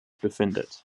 befindet